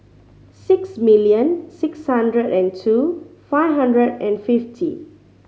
six million six hundred and two five hundred and fifty